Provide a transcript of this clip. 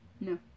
No